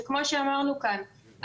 שכמו שאמרנו כאן,